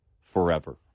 forever